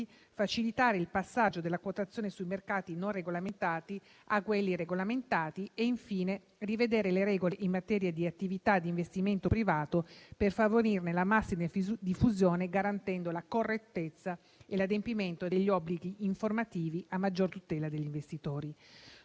facilitare il passaggio della quotazione sui mercati non regolamentati a quelli regolamentati e, infine, rivedere le regole in materia di attività di investimento privato per favorirne la massima diffusione, garantendo la correttezza e l'adempimento degli obblighi informativi a maggior tutela degli investitori.